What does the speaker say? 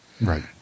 Right